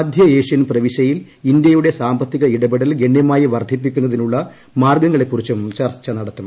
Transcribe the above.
മധ്യ ഏഷ്യൻ പ്രവിശ്യയിൽ ഇന്ത്യയുടെ സാമ്പത്തിക ഇടപെടൽ ഗണ്യമായി വർധിപ്പിക്കുന്നതിനുള്ള മാർഗ്ഗങ്ങളെക്കുറിച്ചും ചർച്ച നടത്തും